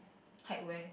hike where